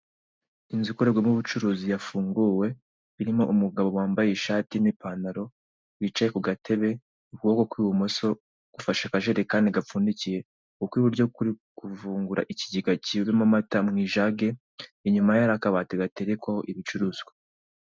Inzu ikorerwamo ubucuruzi yafunguwe irimo umugabo wambaye ishti n'ipantalo wicaye ku gatebe ukuboko kw'ibimoso gufashe akajerekani gapfundikiye ukw'iburyo kuri kuvungura ikigega kirimo amata mu ijage, inyuma ye hari akabati gaterekwaho ibicuruzwa.